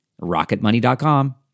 rocketmoney.com